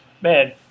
man